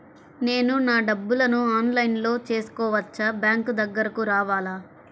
నేను నా డబ్బులను ఆన్లైన్లో చేసుకోవచ్చా? బ్యాంక్ దగ్గరకు రావాలా?